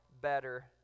better